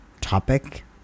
topic